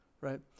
right